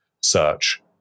search